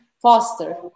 faster